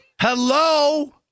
Hello